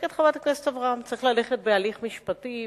צודקת חברת הכנסת אברהם: צריך ללכת בהליך משפטי,